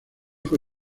fue